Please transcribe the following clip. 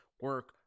Work